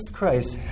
Christ